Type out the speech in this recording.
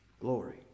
glory